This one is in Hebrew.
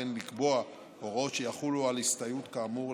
וכן לקבוע הוראות שיחולו על הסתייעות כאמור,